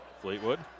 Fleetwood